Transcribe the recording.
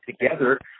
together